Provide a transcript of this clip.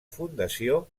fundació